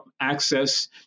access